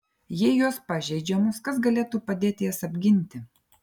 jei jos pažeidžiamos kas galėtų padėti jas apginti